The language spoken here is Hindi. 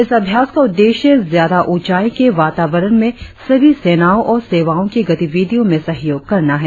इस अभ्यास का उद्देश्य ज्यादा ऊंचाई के वातावरण में सभी सेनाओं और सेवाओं की गतिविधियों में सहयोग करना है